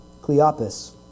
Cleopas